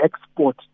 export